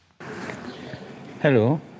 Hello